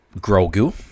Grogu